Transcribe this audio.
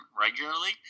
regularly